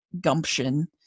gumption